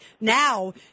now